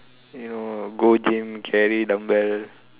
you know go gym carry dumbbell